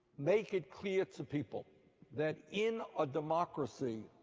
make it clear to people that in a democracy,